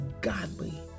godly